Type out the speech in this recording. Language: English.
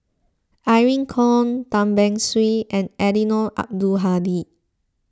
Irene Khong Tan Beng Swee and Eddino Abdul Hadi